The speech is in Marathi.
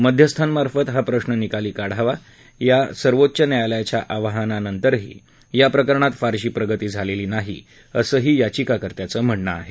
मध्यस्थांमार्फत हा प्रश्न निकाली काढावा या सर्वोच्च न्यायालयाच्या आवाहनानंतरही या प्रकरणात फारशी प्रगती झालेली नाही असंही याचिकाकर्त्यांचं म्हणणं आहे